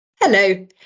Hello